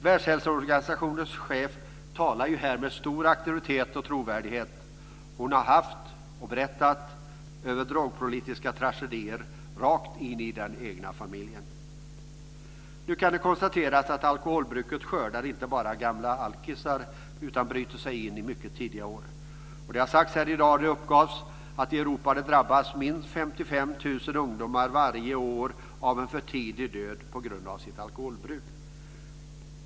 Världshälsoorganisationens chef talar ju här med stor auktoritet och trovärdighet. Hon har haft, och berättat om, drogpolitiska tragedier rakt in i den egna familjen. Nu kan det konstateras att alkoholbruket inte bara skördar "gamla alkisar" utan också bryter sig in i mycket tidiga år. Det har sagts här i dag att det uppgavs att i Europa drabbas minst 55 000 ungdomar varje år av en för tidig död på grund av sitt alkoholbruk.